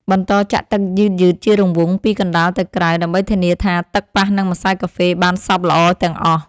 បន្តចាក់ទឹកយឺតៗជារង្វង់ពីកណ្ដាលទៅក្រៅ ដើម្បីធានាថាទឹកប៉ះនឹងម្សៅកាហ្វេបានសព្វល្អទាំងអស់។